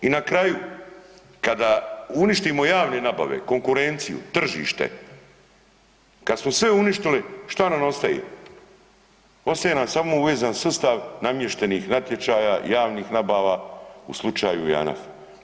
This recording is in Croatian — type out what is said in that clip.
I na kraju kada uništimo javne nabave, konkurenciju, tržište, kad smo sve uništili šta nam ostaje, ostaje nam samo uvezan sustav namještenih natječaja javnih nabava u slučaju JANAF.